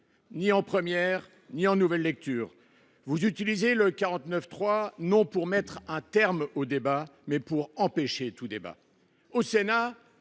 ni en première ni en nouvelle lecture. Vous utilisez le 49.3 non pas pour mettre un terme aux débats, mais pour empêcher tout débat. Au Sénat,